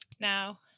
now